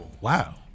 Wow